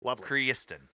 Kristen